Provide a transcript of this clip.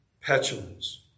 petulance